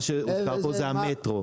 מה שהוזכר פה זה המטרו.